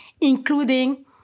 including